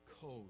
code